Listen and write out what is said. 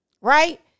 Right